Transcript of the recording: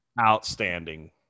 outstanding